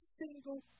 single